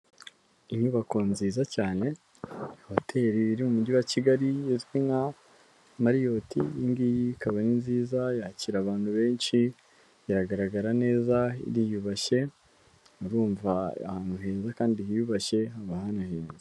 Inyubako nziza cyane hotel iri mu mujyi wa Kigali izwi nka mariot, iyi ngiyi ikaba ari nziza yakira abantu benshi, iragaragara neza iriyubashye murumva ahantu heza kandi hiyubashye haba hanahenze.